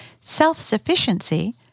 Self-sufficiency